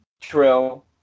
Trill